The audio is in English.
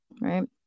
right